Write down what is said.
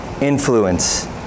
influence